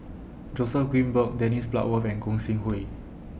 Joseph Grimberg Dennis Bloodworth and Gog Sing Hooi